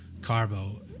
Carbo